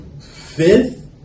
Fifth